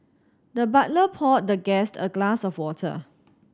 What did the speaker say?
the butler poured the guest a glass of water